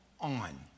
on